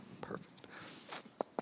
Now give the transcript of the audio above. perfect